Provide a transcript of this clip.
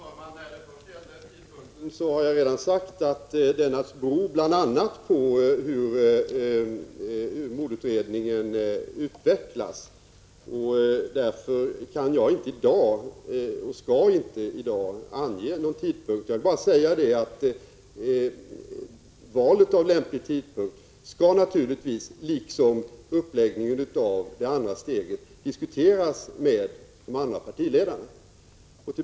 Fru talman! När det: gäller tidpunkten har jag redan sagt att den naturligtvis bl.a. beror på hur mordutredningen utvecklas. Därför kan jag inte och skall inte i dag ange någon tidpunkt. Jag vill bara säga att valet av lämplig tidpunkt naturligtvis liksom uppläggningen av det andra steget skall diskuteras med de andra partiledarna.